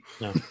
No